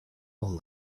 all